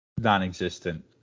non-existent